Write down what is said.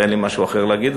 אין לי משהו אחר להגיד,